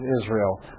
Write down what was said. Israel